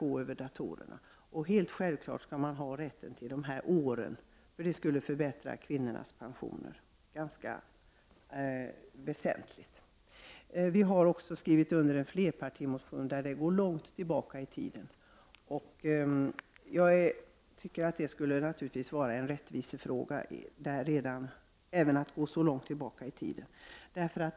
Självfallet skall dessa människor ha rätt till vårdpoäng för dessa år, eftersom det skulle förbättra kvinnornas pensioner ganska väsentligt. Vi har tillsammans med flera andra partier skrivit en flerpartimotion om en retroaktiv rätt till dessa vårdår. Jag anser att det är en rättvisefråga att man går långt tillbaka i tiden i fråga om detta.